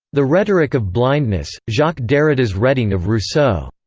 the rhetoric of blindness jacques derrida's reading of rousseau,